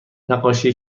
نقاشی